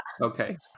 okay